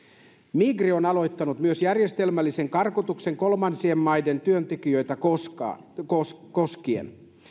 migri on aloittanut myös järjestelmällisen karkotuksen kolmansien maiden työntekijöitä koskien koskien